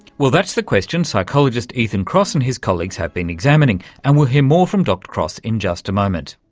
well, that's the question psychologist ethan kross and his colleagues have been examining, and we'll hear more from dr kross in just a moment.